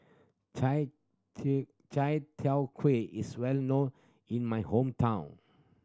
Chai Chai Kuay is well known in my hometown